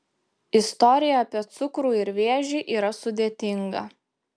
istorija apie cukrų ir vėžį yra sudėtinga